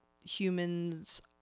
humans